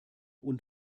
und